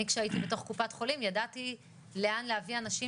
אני כשהייתי בתוך קופת החולים ידעתי לאן להביא אנשים